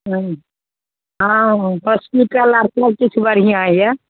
हँ हँ औ हॉस्पिटल आओर सबकिछु बढ़िआँ अइ